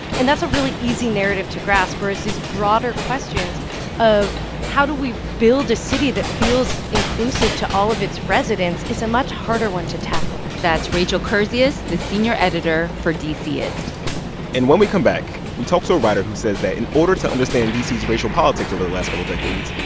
and that's a really easy narrative to grasp, whereas these broader questions of how do we build a city that feels inclusive to all of its residents? is a much harder one to tackle that's rachel kurzius, the senior editor for dcist and when we come back, we talk to so a writer who says that in order to understand d c s racial politics over the last couple decades,